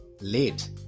late